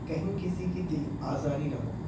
کہیں کسی کی دل آزاری نہ ہو